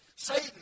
Satan